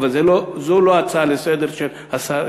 אבל זו לא ההצעה לסדר-היום של השר,